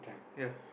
ya